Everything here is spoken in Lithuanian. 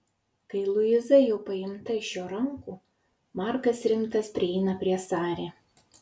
kai luiza jau paimta iš jo rankų markas rimtas prieina prie sari